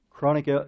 Chronic